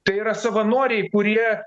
tai yra savanoriai kurie